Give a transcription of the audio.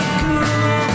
cool